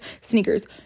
sneakers